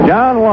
John